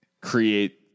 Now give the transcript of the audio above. create